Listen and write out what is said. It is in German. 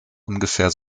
ungefähr